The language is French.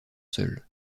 seuls